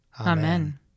Amen